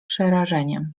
przerażeniem